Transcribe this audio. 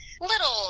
little